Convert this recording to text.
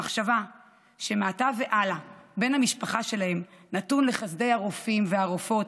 המחשבה שמעתה והלאה בן המשפחה שלהם נתון לחסדי הרופאים והרופאות,